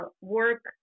work